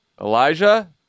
Elijah